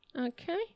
Okay